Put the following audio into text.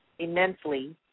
immensely